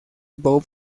bob